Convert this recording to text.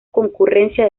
concurrencia